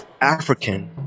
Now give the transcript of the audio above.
African